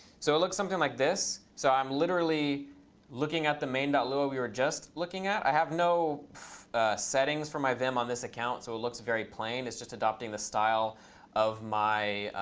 so it looks something like this. so i'm literally looking at the main dot lua we were just looking at. i have no settings for my vim on this account, so it looks very plain. it's just adopting the style of my